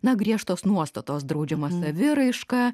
na griežtos nuostatos draudžiama saviraiška